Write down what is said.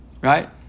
Right